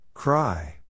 Cry